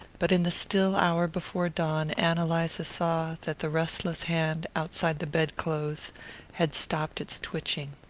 but in the still hour before dawn ann eliza saw that the restless hand outside the bed-clothes had stopped its twitching.